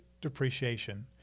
depreciation